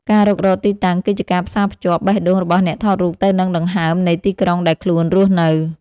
ការរុករកទីតាំងគឺជាការផ្សារភ្ជាប់បេះដូងរបស់អ្នកថតរូបទៅនឹងដង្ហើមនៃទីក្រុងដែលខ្លួនរស់នៅ។